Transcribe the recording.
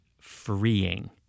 freeing